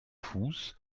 fuß